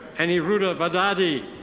anirudha vaddadi.